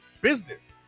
business